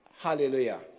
Hallelujah